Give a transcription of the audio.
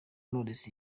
knowless